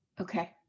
Okay